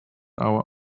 hour